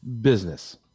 business